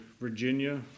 Virginia